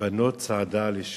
בנות צעדה עלי שור".